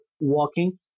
walking